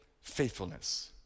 faithfulness